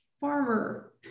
farmer